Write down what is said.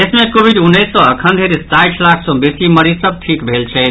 देश मे कोविड उन्नैस सँ अखन धरि साठि लाख सँ बेसी मरीज सभ ठीक भेल छथि